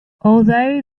although